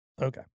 okay